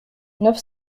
neuf